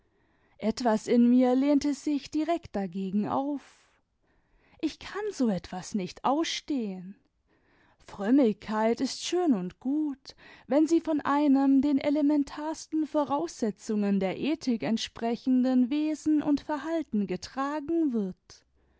etwas in mir lehnte sich direkt dagegen auf ich kann so etwas nicht ausstehn frönmiigkeit ist schön und gut wenn sie von einem den elementarsten voraussetzungen der ethik entsprechenden wesen und verhalten getragen wird